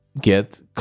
get